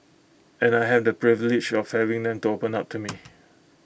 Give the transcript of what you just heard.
and I have the privilege of having them to open up to me